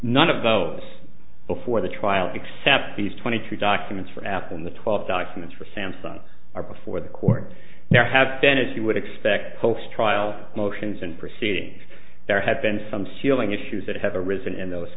none of those before the trial except these twenty two documents for apple in the twelve documents for samsung are before the court there have been as you would expect folks trial motions and proceedings there have been some sealing issues that have arisen in those